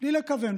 בלי לכוון,